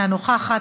אינה נוכחת,